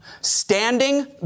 Standing